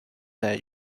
that